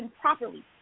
properly